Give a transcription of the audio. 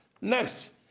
Next